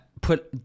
put